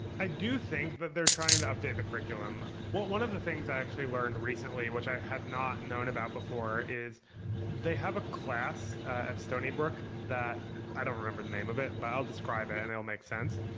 i do think that but they're trying to update the curriculum. well, one of the things i actually learned recently, which i had not known about before is they have a class at stony brook that i don't remember the name of it, but i'll describe it and it'll make sense.